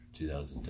2010